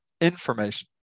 information